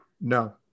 No